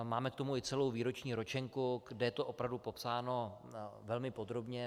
Máme k tomu i celou výroční ročenku, kde je to opravdu popsáno velmi podrobně.